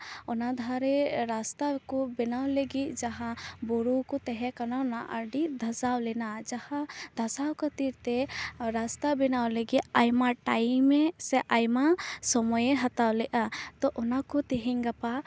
ᱚᱱᱟ ᱫᱷᱟᱨᱮ ᱨᱟᱥᱛᱟ ᱠᱚ ᱵᱮᱱᱟᱣ ᱞᱟᱹᱜᱤᱫ ᱡᱟᱦᱟᱸ ᱵᱩᱨᱩ ᱠᱚ ᱛᱟᱦᱮᱸ ᱠᱟᱱᱟ ᱚᱱᱟ ᱟᱹᱰᱤ ᱫᱷᱟᱥᱟᱣ ᱞᱮᱱᱟ ᱡᱟᱦᱟᱸ ᱫᱷᱟᱥᱟᱣ ᱠᱷᱟᱹᱛᱤᱨ ᱛᱮ ᱨᱟᱥᱛᱟ ᱵᱮᱱᱟᱣ ᱞᱟᱹᱜᱤᱫ ᱟᱹᱰᱤ ᱴᱟᱭᱤᱢᱮ ᱥᱮ ᱟᱭᱢᱟ ᱥᱚᱢᱚᱭᱮ ᱦᱟᱛᱟᱣ ᱞᱮᱜᱼᱟ ᱛᱚ ᱚᱱᱟ ᱠᱩ ᱛᱮᱦᱮᱧ ᱜᱟᱯᱟ